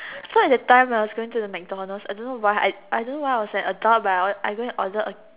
so at that time I was going to the MacDonalds I don't know why I I don't know why I was an adult but I or~ I go and order a